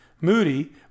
Moody